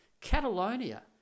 Catalonia